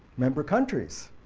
member countries,